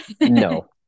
No